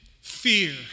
fear